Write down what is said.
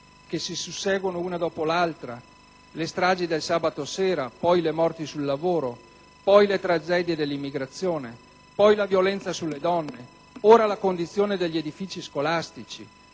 che si susseguono una dopo l'altra: le stragi del sabato sera, poi le morti sul lavoro, poi le tragedie dell'immigrazione, poi la violenza sulle donne e ora la condizione delle edifici scolastici.